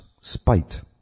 Spite